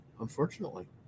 Unfortunately